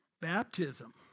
Baptism